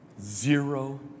Zero